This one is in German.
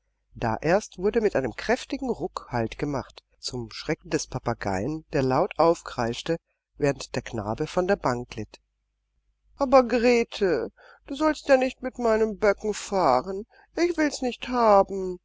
da erst wurde mit einem kräftigen ruck halt gemacht zum schrecken des papageien der laut aufkreischte während der knabe von der bank glitt aber grete du sollst ja nicht mit meinen böcken fahren ich will's nicht haben